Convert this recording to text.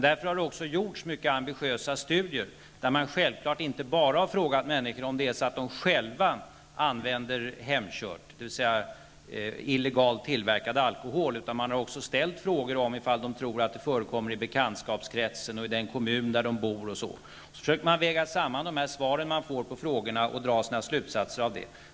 Därför har det också gjorts mycket ambitiösa studier där man naturligtvis inte bara har frågat människor om de själva använder hemkört, dvs. illegalt tillverkad alkohol, utan man har också ställt frågor om människor tror att det förekommer i bekantskapskretsen, i den kommun där de bor, osv. Sedan försöker man väga samman de svar man får på frågorna och drar slutsatser av dem.